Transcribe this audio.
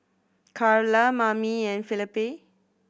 Karla Mamie and Felipe